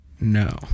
No